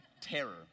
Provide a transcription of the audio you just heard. terror